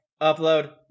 upload